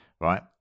right